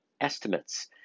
estimates